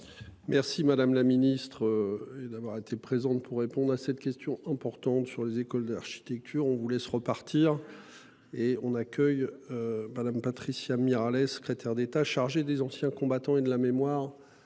Merci madame la ministre. D'avoir été présente pour répondre à cette question importante sur les écoles d'architecture on vous laisse repartir. Et on accueille. Madame, Patricia Mirallès, secrétaire d'État chargé des Anciens combattants et de la mémoire